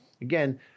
again